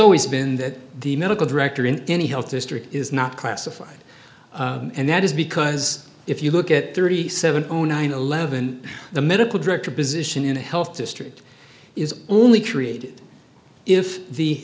always been that the medical director in any health history is not classified and that is because if you look at thirty seven zero nine eleven the medical director position in the health district is only created if the